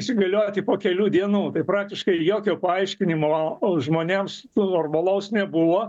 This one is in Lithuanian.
įsigalioti po kelių dienų praktiškai jokio paaiškinimo žmonėms normalaus nebuvo